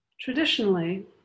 Traditionally